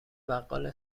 بقال